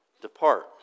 depart